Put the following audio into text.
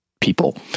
People